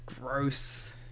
gross